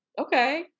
Okay